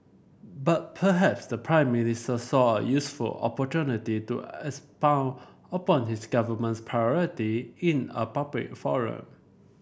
but perhaps the Prime Minister saw a useful opportunity to expound upon his government's priority in a public forum